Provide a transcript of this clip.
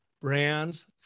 brands